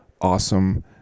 awesome